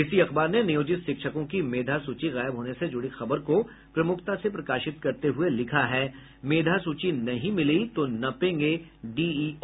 इसी अखबार ने नियोजित शिक्षकों की मेधा सूची गायब होने से जुड़ी खबर को प्रमुखता से प्रकाशित करते हुये लिखा है मेधा सूची नहीं मिली तो नपेंगे डीईओ